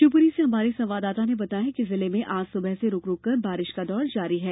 शिवपुरी से हमारे संवाददाता ने बताया कि जिले में आज सुबह से रूकरूक कर बारिश का दौर जारी है